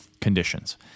conditions